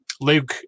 Luke